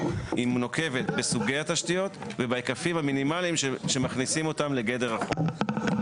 היא נוקבת בסוגי התשתיות ובהיקפים המינימליים שמכניסים אותם לגדר החוק.